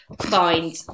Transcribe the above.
find